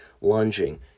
Lunging